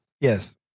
Yes